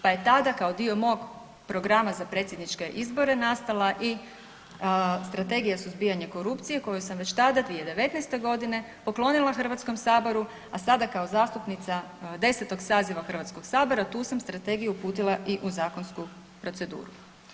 Pa je tada kao dio mog programa za predsjedničke izbore nastala i Strategija suzbijanja korupcije koju sam već tada 2019. godine poklonila Hrvatskom saboru, a sada kao zastupnica 10. saziva Hrvatskog sabora tu sam strategiju uputila i u zakonsku proceduru.